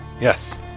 Yes